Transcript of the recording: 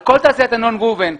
על כל תעשיית ה-נון גובן,